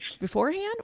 beforehand